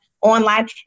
online